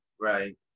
right